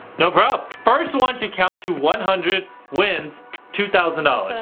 no prob. first one to count to one hundred wins two thousand dollars.